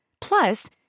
Plus